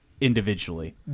individually